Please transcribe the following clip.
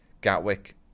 Gatwick